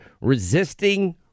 resisting